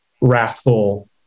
wrathful